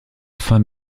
fin